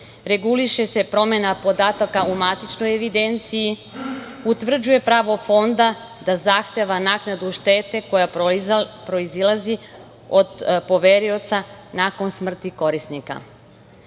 reguliše se promena podataka u matičnoj evidenciji, utvrđuje pravo fonda da zahteva naknadu štete, koja proizilazi od poverioca, nakon smrti korisnika. Ove